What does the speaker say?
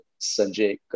Sanjay